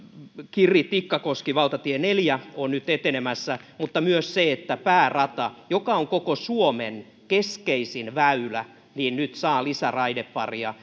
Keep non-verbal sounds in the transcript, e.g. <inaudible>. kirri tikkakoski valtatie neljä on nyt etenemässä mutta myös se että päärata joka on koko suomen keskeisin väylä nyt saa lisäraideparia <unintelligible>